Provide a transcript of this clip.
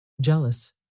Jealous